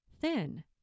thin